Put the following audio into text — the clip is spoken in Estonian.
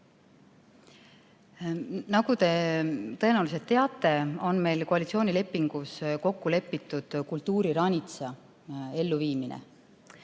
Nagu te tõenäoliselt teate, on meil koalitsioonilepingus kokku lepitud kultuuriranitsa meetme elluviimine.